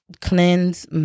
cleanse